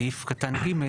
סעיף קטן ג',